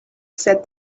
said